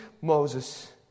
Moses